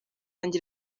kandi